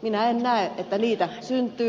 minä en näe että niitä syntyy